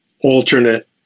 alternate